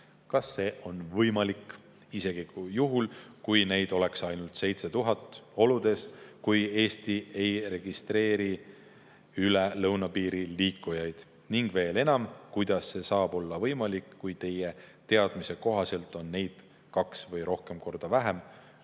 Kas see on võimalik, isegi juhul, kui neid oleks ainult 7000, oludes, kui Eesti ei registreeri üle lõunapiiri liikujaid? Ning veel enam, kuidas see saab olla võimalik, kui Teie teadmise kohaselt on neid kaks või rohkem korda vähem,